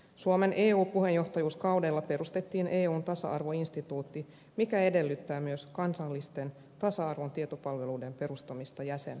suomen eu puheenjohtajuuskaudella perustettiin eun tasa arvoinstituutti mikä edellyttää myös kansallisten tasa arvon tietopalvelujen perustamista jäsenmaihin